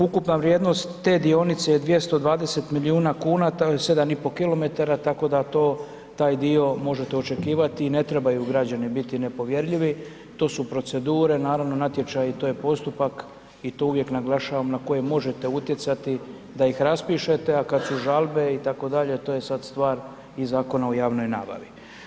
Ukupna vrijednost te dionice je 220 milijuna kuna, to je 7,5 km, tako da to, taj dio možete očekivati i ne trebaju građani biti nepovjerljivi, to su procedure, naravno, natječaji, to je postupak i to uvijek naglašavam na koje možete utjecati da ih raspišete a kada su žalbe itd., to je sad stvar i Zakona o javnoj nabavi.